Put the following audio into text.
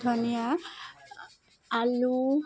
ধনিয়া আলু